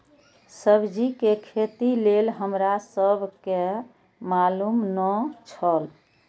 सब्जी के खेती लेल हमरा सब के मालुम न एछ?